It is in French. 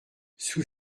sous